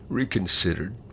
reconsidered